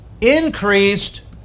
increased